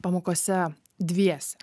pamokose dviese